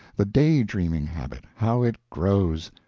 the day-dreaming habit how it grows!